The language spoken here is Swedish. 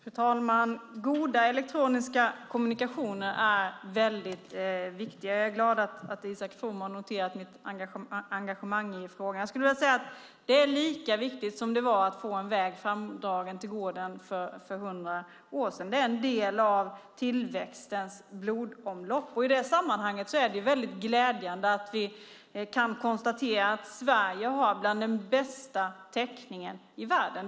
Fru talman! Goda elektroniska kommunikationer är väldigt viktiga, och jag är glad att Isak From har noterat mitt engagemang i frågan. Jag skulle vilja säga att det är lika viktigt som det var att få en väg framdragen till gården för hundra år sedan. Det är en del av tillväxtens blodomlopp. I det sammanhanget är det glädjande att vi kan konstatera att Sverige hör till de länder som har bäst täckning i världen.